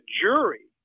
jury